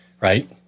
Right